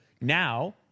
Now